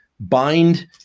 bind